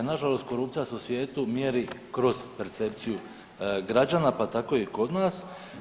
Nažalost, korupcija se u svijetu mjeri kroz percepciju građana, pa tako i kod nas.